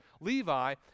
Levi